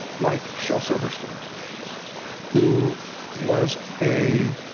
like shel silverstein who was a